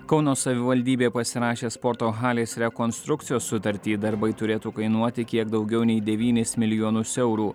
kauno savivaldybė pasirašė sporto halės rekonstrukcijos sutartį darbai turėtų kainuoti kiek daugiau nei devynis milijonus eurų